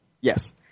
Yes